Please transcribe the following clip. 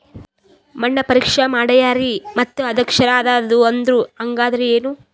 ಮಣ್ಣ ಪರೀಕ್ಷಾ ಮಾಡ್ಯಾರ್ರಿ ಮತ್ತ ಅದು ಕ್ಷಾರ ಅದ ಅಂದ್ರು, ಹಂಗದ್ರ ಏನು?